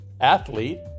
athlete